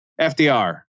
FDR